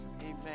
amen